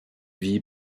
vit